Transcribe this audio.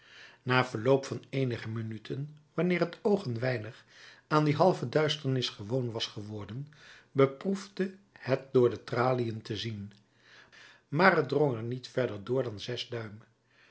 na verloop van eenige minuten wanneer het oog een weinig aan die halve duisternis gewoon was geworden beproefde het door de traliën te zien maar het drong er niet verder door dan